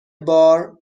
بار